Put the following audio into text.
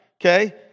okay